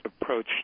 approach